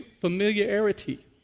familiarity